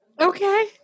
Okay